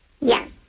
Yes